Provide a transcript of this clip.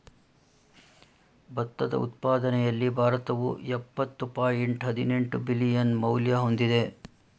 ಭತ್ತದ ಉತ್ಪಾದನೆಯಲ್ಲಿ ಭಾರತವು ಯಪ್ಪತ್ತು ಪಾಯಿಂಟ್ ಹದಿನೆಂಟು ಬಿಲಿಯನ್ ಮೌಲ್ಯ ಹೊಂದಿದೆ